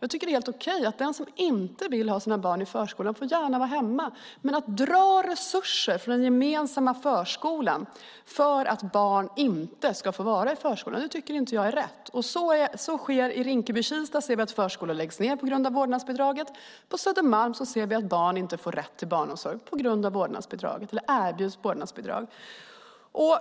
Jag tycker att det är helt okej; den som inte vill ha sina barn i förskolan får gärna vara hemma. Att dra resurser från den gemensamma förskolan för att barn inte ska vara i förskolan tycker jag dock inte är rätt. Så sker alltså. I Rinkeby-Kista ser vi att förskolor läggs ned på grund av vårdnadsbidraget. På Södermalm ser vi att barn inte får rätt till barnomsorg på grund av vårdnadsbidraget, och man erbjuds vårdnadsbidrag.